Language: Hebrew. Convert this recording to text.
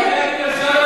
בבתי-הדין השרעיים?